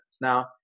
Now